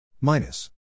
minus